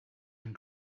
and